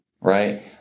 right